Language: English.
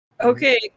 Okay